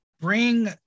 bring